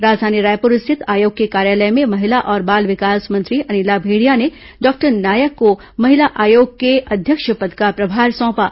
राजधानी रायपुर स्थित आयोग के कार्यालय में महिला और बाल विकास मंत्री अनिला भेंडिया ने डॉक्टर नायक को महिला आयोग के अध्यक्ष पद का प्रभार सौंपा